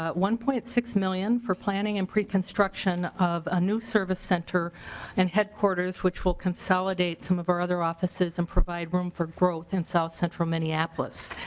but one point six million for planning and preconstruction of a new service center and headquarters which will consolidate some of her other offices and provide room for growth in south-central minneapolis.